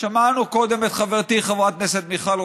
שמענו קודם את חברתי חברת הכנסת מיכל רוזין,